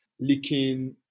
licking